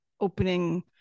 opening